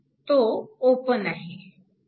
तो ओपन आहे